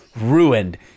ruined